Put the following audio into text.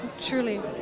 truly